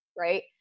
Right